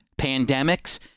pandemics